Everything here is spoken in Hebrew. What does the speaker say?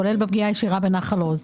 כולל בפגיעה הישירה בנחל עוז,